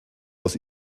aus